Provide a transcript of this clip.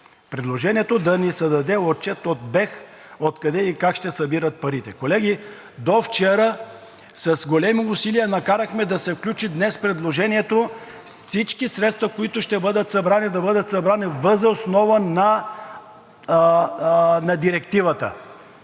Предложението да ни се даде отчет от БЕХ откъде и как ще събират парите. Колеги, до вчера с големи усилия накарахме да се включи днес предложението всички средства, които ще бъдат събрани, да бъдат събрани въз основа на Директивата.